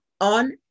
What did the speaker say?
On